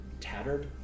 tattered